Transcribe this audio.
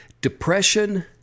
depression